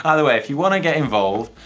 ah anyway, if you wanna get involved,